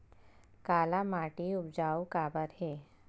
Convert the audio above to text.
काला माटी उपजाऊ काबर हे?